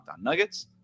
Nuggets